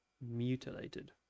mutilated